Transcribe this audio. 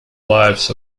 lives